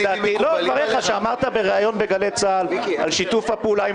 דברים שאמרת בגלי צה"ל על שיתוף פעולה עם